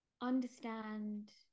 understand